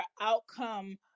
outcome